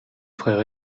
frère